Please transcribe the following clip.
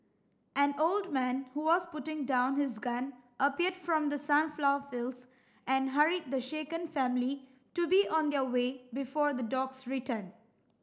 an old man who was putting down his gun appeared from the sunflower fields and hurried the shaken family to be on their way before the dogs return